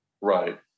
right